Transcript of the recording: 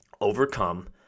overcome